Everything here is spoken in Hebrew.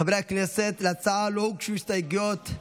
חברי הכנסת, להצעה לא הוגשו הסתייגויות,